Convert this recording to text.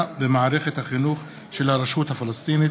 במערכת החינוך של הרשות הפלסטינית.